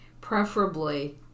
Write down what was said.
preferably